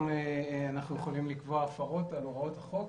אנחנו יכולים לקבוע הפרות על הוראות החוק.